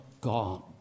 God